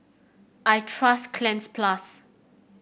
I trust Cleanz Plus